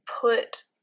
put